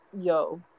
Yo